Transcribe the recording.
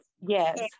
Yes